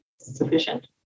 sufficient